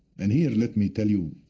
and here, let me tell you,